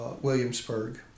Williamsburg